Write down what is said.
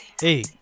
hey